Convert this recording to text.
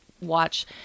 watch